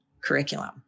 curriculum